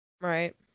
Right